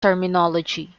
terminology